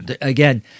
Again